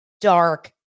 dark